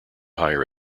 higher